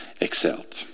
excelled